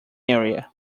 area